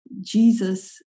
Jesus